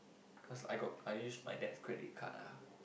cause I got I use my dad's credit card ah